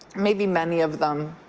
maybe many of them,